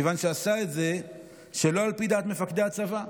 מכיוון שעשה את זה שלא על פי דעת מפקדי הצבא.